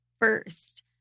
First